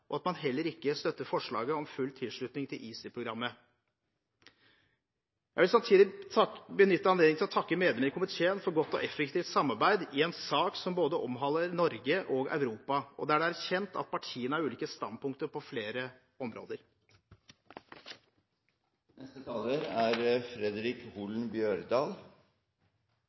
og at man heller ikke støtter forslaget om full tilslutning til EaSI-programmet. Jeg vil samtidig benytte anledningen til å takke medlemmene i komiteen for godt og effektivt samarbeid i en sak som både omhandler Norge og Europa, og der det er kjent at partiene har ulike standpunkter på flere områder. Først vil eg takke saksordføraren for eit grundig arbeid. For Noreg er